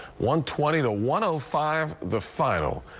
one twenty to one oh five the final.